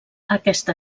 aquesta